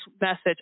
message